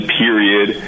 period